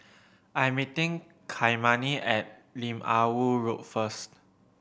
I am meeting Kymani at Lim Ah Woo Road first